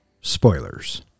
spoilers